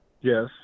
Yes